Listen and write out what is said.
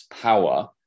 power